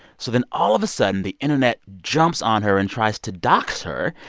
so then all of a sudden, the internet jumps on her and tries to doxx her.